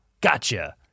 gotcha